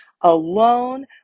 alone